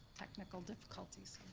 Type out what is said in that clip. technical difficulties.